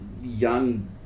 young